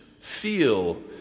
feel